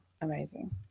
amazing